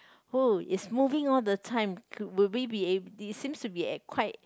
oh it's moving all the time will we be it seems to be quite